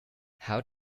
how